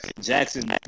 Jackson